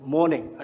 Morning